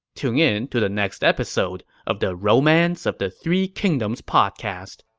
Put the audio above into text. tune in to the next episode of the romance of the three kingdoms podcast.